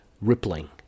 rippling